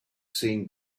saying